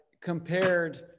compared